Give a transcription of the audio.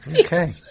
Okay